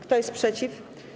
Kto jest przeciw?